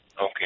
Okay